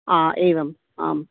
आ एवम् आम्